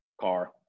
Car